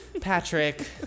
patrick